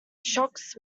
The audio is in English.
shocks